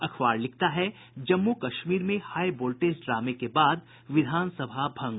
अखबार लिखता है जम्मू कश्मीर में हाई वोल्टेज ड्रामे के बाद विधान सभा भंग